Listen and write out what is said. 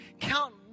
count